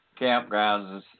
campgrounds